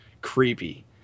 creepy